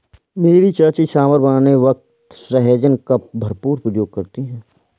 मेरी चाची सांभर बनाने वक्त सहजन का भरपूर प्रयोग करती है